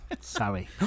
sorry